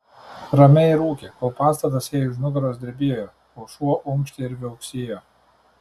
ramiai rūkė kol pastatas jai už nugaros drebėjo o šuo unkštė ir viauksėjo